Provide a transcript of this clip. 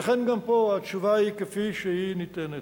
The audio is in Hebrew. לכן גם פה, התשובה היא כפי שהיא ניתנת.